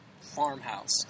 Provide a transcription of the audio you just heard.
farmhouse